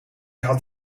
had